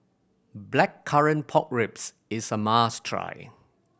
Blackcurrant Pork Ribs is a must try